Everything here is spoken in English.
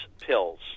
pills